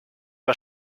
war